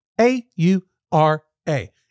A-U-R-A